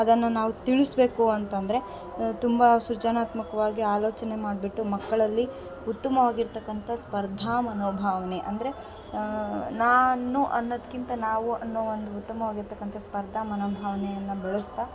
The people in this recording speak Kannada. ಅದನ್ನು ನಾವು ತಿಳ್ಸ್ಬೇಕು ಅಂತಂದರೆ ತುಂಬ ಸೃಜನಾತ್ಮಕವಾಗಿ ಆಲೋಚನೆ ಮಾಡಿಬಿಟ್ಟು ಮಕ್ಕಳಲ್ಲಿ ಉತ್ತಮವಾಗಿರ್ತಕ್ಕಂಥ ಸ್ಪರ್ಧಾ ಮನೋಭಾವನೆ ಅಂದರೆ ನಾನು ಅನ್ನೋದ್ಕಿಂತ ನಾವು ಅನ್ನೋ ಒಂದು ಉತ್ತಮವಾಗಿರ್ತಕ್ಕಂಥ ಸ್ಪರ್ಧಾ ಮನೋಭಾವನೆಯನ್ನ ಬೆಳ್ಸ್ತಾ